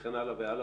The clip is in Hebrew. וכן הלאה והלאה,